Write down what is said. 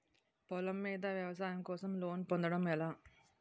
పొలం మీద వ్యవసాయం కోసం లోన్ పొందటం ఎలా?